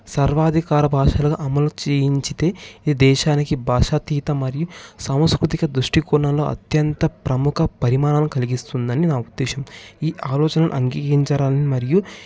సర్వాధికార భాషగా అమలు చేయించితే ఈ దేశానికి భాషాతీత మరియు సంస్కృతిక దృష్టి కోణాలు అత్యంత ప్రముఖ పరిమాణాలు కలిగిస్తుంది అని నా ఉద్దేశం ఈ ఆలోచన అంగీకరించాలని మరియు